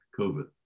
COVID